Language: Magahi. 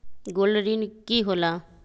गोल्ड ऋण की होला?